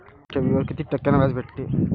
ठेवीवर कितीक टक्क्यान व्याज भेटते?